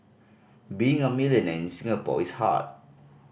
being a millionaire in Singapore is hard